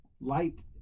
light